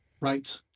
Right